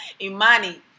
Imani